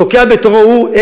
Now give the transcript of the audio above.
תוקע בתורו הוא.